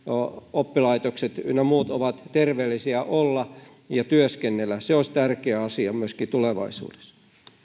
oppilaitokset ynnä muut ovat terveellisiä olla ja työskennellä se olisi tärkeä asia myöskin tulevaisuudessa